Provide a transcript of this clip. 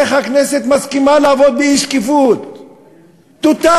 איך הכנסת מסכימה לעבוד באי-שקיפות טוטלית.